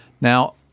Now